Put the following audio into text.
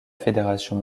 fédération